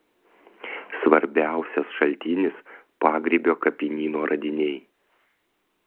svarbiausias šaltinis pagrybio kapinyno radiniai